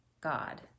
God